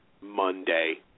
Monday